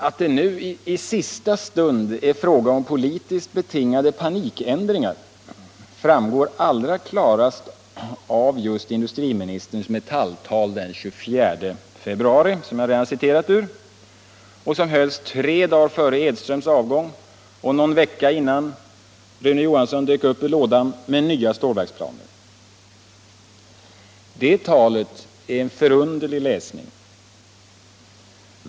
Att det nu i sista stund är fråga om politiskt betingade panikändringar framgår allra klarast av industriministerns Metalltal den 24 februari, som jag redan citerat ur och som hölls tre dagar före Edströms avgång och någon vecka innan Rune Johansson dök upp ur lådan med nya stålverksplaner. Det talet är en förunderlig läsning.